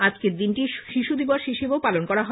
আজকের দিনটি শিশুদিবস হিসেবেও পালন করা হয়